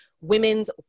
women's